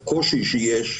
הראשונה,